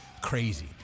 crazy